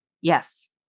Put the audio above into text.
Yes